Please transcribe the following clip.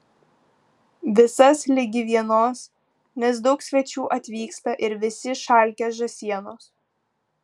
visas ligi vienos nes daug svečių atvyksta ir visi išalkę žąsienos